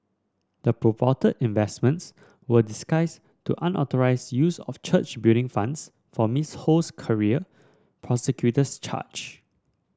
the purported investments were disguise to unauthorised use of church Building Funds for Miss Ho's career prosecutors charge